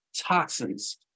toxins